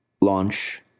Launch